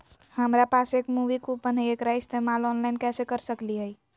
हमरा पास एक मूवी कूपन हई, एकरा इस्तेमाल ऑनलाइन कैसे कर सकली हई?